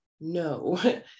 no